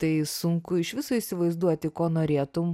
tai sunku iš viso įsivaizduoti ko norėtum